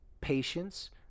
patience